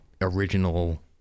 original